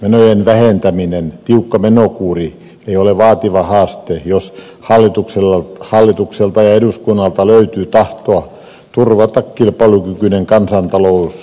menojen vähentäminen tiukka menokuri ei ole vaativa haaste jos hallitukselta ja eduskunnalta löytyy tahtoa turvata kilpailukykyinen kansantalous ja hyvinvointiyhteiskunta